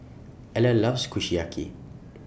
Eller loves Kushiyaki